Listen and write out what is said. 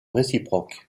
réciproques